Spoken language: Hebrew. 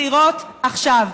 בחירות עכשיו.